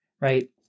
right